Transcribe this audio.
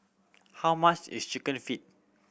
how much is Chicken Feet